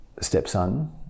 stepson